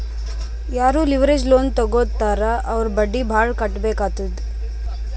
ಯಾರೂ leverage loan ತಗೋತ್ತಾರ್ ಅವ್ರು ಬಡ್ಡಿ ಭಾಳ್ ಕಟ್ಟಬೇಕ್ ಆತ್ತುದ್